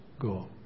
go